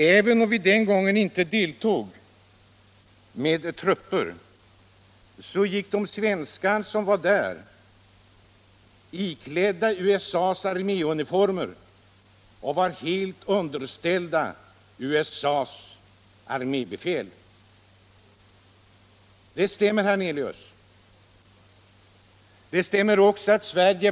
Även om vi den gången inte deltog med trupper, gick de svenskar som var ditskickade iklidda USA:s arméuniformer och var helt understätlda USA:s armébefäl.